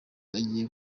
agiye